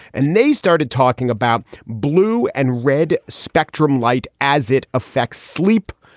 and they started talking about blue and red spectrum light as it affects sleep.